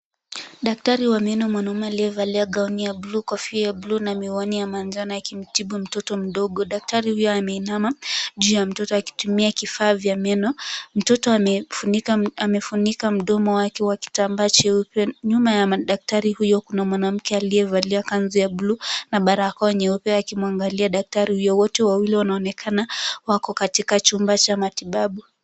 Daktari wa meno mwanamume aliyevalia gauni ya buluu, kofia ya buluu na miwani ya manjano akimtibu mtoto mdogo. Daktari huyu ameinama juu ya mtoto akitumia kifaa vya meno. Mtoto amefunika mdomo wake kwa kitambaa cheupe. Nyuma ya daktari huyo kuna mwanamke aliyevalia kanzu ya buluu na barakoa nyeupe akimwangalia daktari huyo. Wote wawili wanaonekana wako katika chumba cha matibabu.